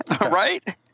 Right